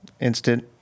Instant